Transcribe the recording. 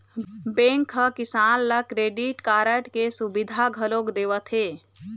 bank ह किसान ल क्रेडिट कारड के सुबिधा घलोक देवत हे